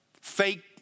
fake